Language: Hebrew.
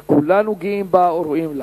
שכולנו גאים בה וראויים לה.